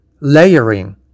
layering